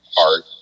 art